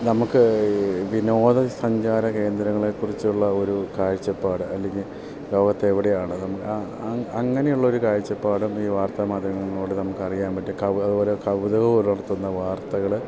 നമുക്ക് ഈ വിനോദ സഞ്ചാര കേന്ദ്രങ്ങളെക്കുറിച്ചുള്ള ഒരു കാഴ്ചപ്പാട് അല്ലെങ്കിൽ ലോകത്ത് എവിടെയാണ് അങ്ങനെ ഉള്ളൊരു കാഴ്ചപ്പാടും ഈ വാർത്താ മാധ്യമങ്ങളോട് നമുക്ക് അറിയാൻ പറ്റും കൗ അതുപോലെ കൗതുകം ഉയർത്തുന്ന വാർത്തകൾ